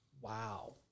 Wow